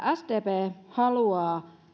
sdp haluaa